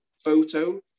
photo